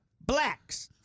blacks